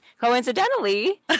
coincidentally